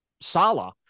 Salah